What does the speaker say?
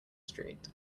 street